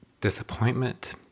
disappointment